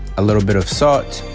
a little bit of salt,